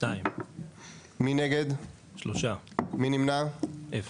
הצבעה בעד, 2 נגד, 3 נמנעים, 0